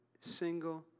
Single